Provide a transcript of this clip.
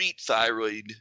thyroid